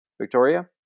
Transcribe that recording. Victoria